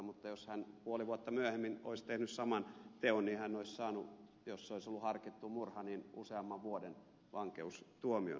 mutta jos hän puoli vuotta myöhemmin olisi tehnyt saman teon niin hän olisi saanut jos se olisi ollut harkittu murha useamman vuoden vankeustuomion